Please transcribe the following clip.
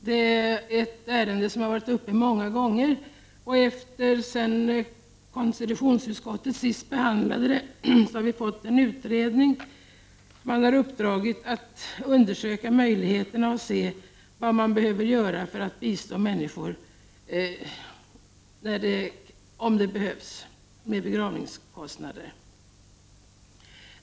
Det är en fråga som har varit uppe många gånger. Efter det att konstitutionsutskottet senast behandlade frågan har vi fått en utredning. Man har uppdragit åt den utredningen att undersöka möjligheterna och se vad som kan göras för att bistå människor som behöver hjälp med begravningskostnaden.